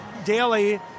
daily